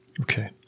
Okay